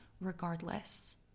regardless